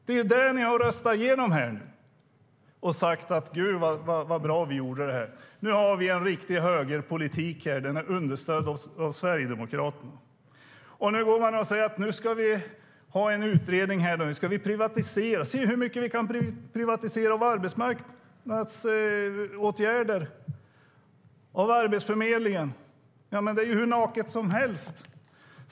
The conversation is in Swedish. Det är det ni har röstat genom och sagt: Vad bra vi gjorde detta! Nu har vi en riktig högerpolitik understödd av Sverigedemokraterna.Nu vill ni ha en utredning för att se hur mycket ni kan privatisera av arbetsmarknadsåtgärderna och Arbetsförmedlingen. Det är hur naket som helst.